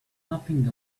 nothing